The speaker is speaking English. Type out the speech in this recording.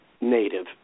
native